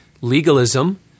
Legalism